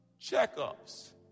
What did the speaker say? checkups